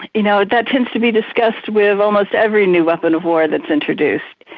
you know, that tends to be discussed with almost every new weapon of war that is introduced.